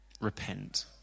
repent